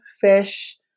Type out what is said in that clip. fish